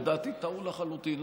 לדעתי טעו לחלוטין,